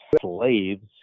slaves